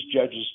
judges